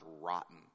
rotten